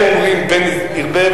הם אומרים: פן ירבה,